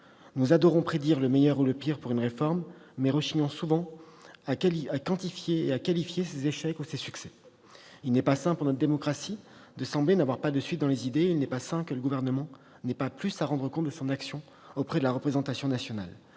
Nous adorons prédire le meilleur ou le pire pour une réforme, mais rechignons souvent à quantifier et à qualifier ses échecs ou ses succès. Il n'est pas sain, pour notre démocratie, de sembler n'avoir pas de suite dans les idées. Il n'est pas sain que le Gouvernement n'ait pas plus à rendre compte de son action auprès de la représentation nationale.